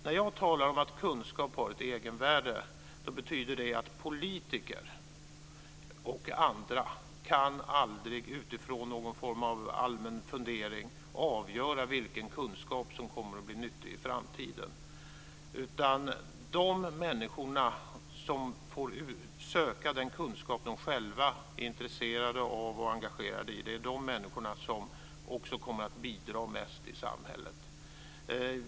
När jag talar om att kunskap har ett egenvärde betyder det att politiker och andra aldrig utifrån någon form av allmän fundering kan avgöra vilken kunskap som kommer att bli nyttig i framtiden. De människor som får söka den kunskap de själva är intresserade av och engagerade i är de som också kommer att bidra mest i samhället.